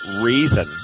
reason